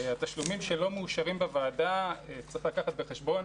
התשלומים שלא מאושרים בוועדה, צריך לקחת בחשבון,